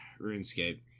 RuneScape